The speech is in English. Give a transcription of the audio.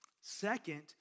Second